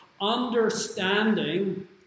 Understanding